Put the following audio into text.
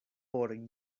por